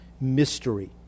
mystery